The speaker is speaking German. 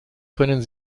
können